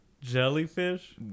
jellyfish